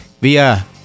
via